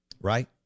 Right